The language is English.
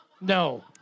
No